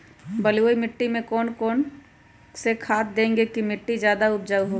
बलुई मिट्टी में कौन कौन से खाद देगें की मिट्टी ज्यादा उपजाऊ होगी?